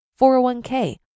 401k